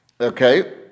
okay